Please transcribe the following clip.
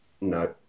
No